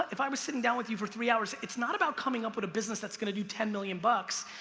if i was sitting down with you for three hours, it's not about coming up with a business that's gonna do ten million bucks,